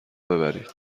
ببرید